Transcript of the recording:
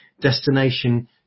destination